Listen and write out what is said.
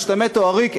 משתמט או עריק,